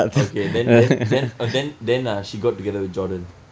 okay then then then then ah she got together with jordan